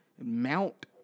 Mount